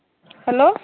hello